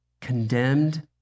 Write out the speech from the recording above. condemned